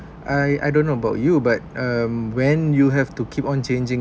I I don't know about you but um when you have to keep on changing